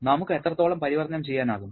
നമുക്ക് എത്രത്തോളം പരിവർത്തനം ചെയ്യാനാകും